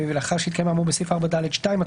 ולאחר שהתקיים האמור בסעיף 3(ד)(2)(א) לחוק,